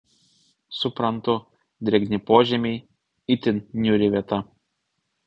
suprantu drėgni požemiai itin niūri vieta